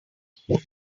pocket